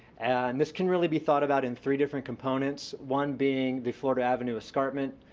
and this can really be thought about in three different components, one being the florida avenue escarpment,